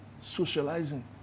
socializing